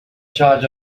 charge